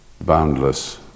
boundless